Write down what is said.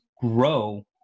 grow